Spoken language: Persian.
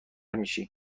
میشی